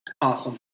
Awesome